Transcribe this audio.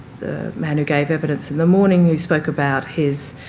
man who gave evidence in the morning who spoke about his